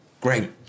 great